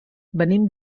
venim